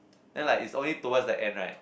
then like is only towards the end right